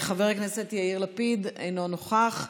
חבר הכנסת יאיר לפיד, אינו נוכח,